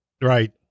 Right